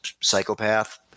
psychopath